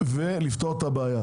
ולפתור את הבעיה.